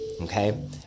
okay